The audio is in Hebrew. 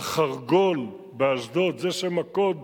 ה"חרגול" באשדוד, זה שם הקוד,